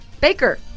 Baker